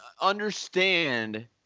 understand